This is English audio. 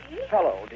Hello